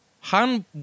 Han